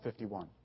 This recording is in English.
51